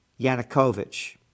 Yanukovych